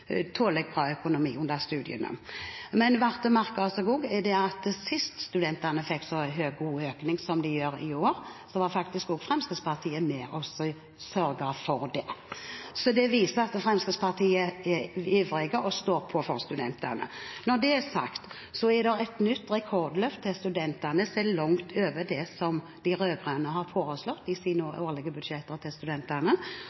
tålelig bra økonomi under studiene. Det er også verdt å merke seg at sist studentene fikk så sterk økning som de gjør i år, var faktisk Fremskrittspartiet også med og sørget for det. Det viser at Fremskrittspartiet er ivrige og står på for studentene. Når det er sagt, er det et nytt rekordløft til studentene, som er langt over det som de rød-grønne har foreslått i sine